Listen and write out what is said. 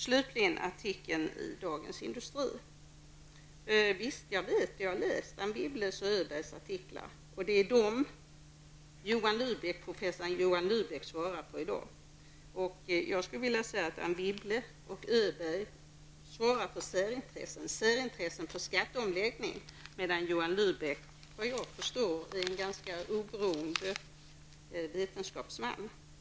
Slutligen till artikeln i Dagens Industri. Jag känner till och har läst Anne Wibbles och Svante Öbergs artiklar. Det är dessa som professor Johan Lybeck svarar på i dag. Anne Wibble och Svante Öberg företräder särintressen för skatteomläggningen, medan Johan Lybeck, såvitt jag förstår, är en oberoende vetenskapsman.